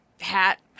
hat